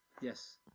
Yes